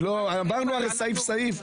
הרי כבר עברנו סעיף-סעיף.